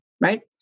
right